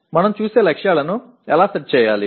మనం చూసే లక్ష్యాలను ఎలా సెట్ చేయాలి